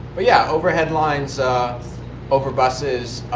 but yeah. overhead lines over buses.